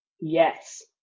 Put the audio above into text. Yes